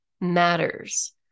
matters